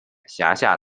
辖下